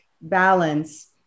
balance